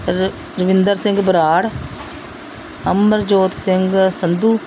ਰ ਰਵਿੰਦਰ ਸਿੰਘ ਬਰਾੜ ਅਮਰਜੋਤ ਸਿੰਘ ਸੰਧੂ